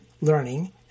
learning